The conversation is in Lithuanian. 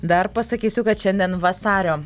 dar pasakysiu kad šiandien vasario